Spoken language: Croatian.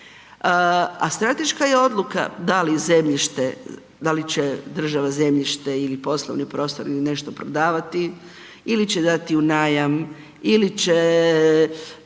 a strateška je odluka da li će država zemljište ili poslovni prostor ili nešto prodavati ili će dati u najam ili će